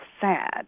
sad